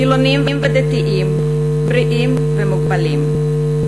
חילונים ודתיים, בריאים ומוגבלים.